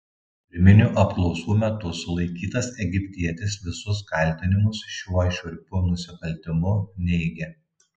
pirminių apklausų metu sulaikytas egiptietis visus kaltinimus šiuo šiurpiu nusikaltimu neigia